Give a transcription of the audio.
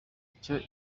icyo